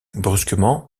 brusquement